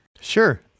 Sure